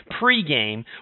pregame